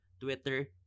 Twitter